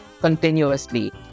continuously